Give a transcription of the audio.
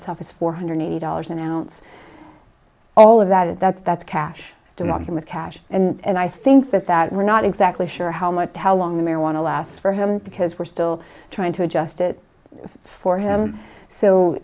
itself is four hundred eighty dollars an ounce all of that that's that's cash don't walk in with cash and i think that that we're not exactly sure how much how long the marijuana lasts for him because we're still trying to adjust it for him so